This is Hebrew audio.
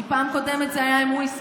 לפחות קיבלת קריאות.